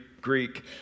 Greek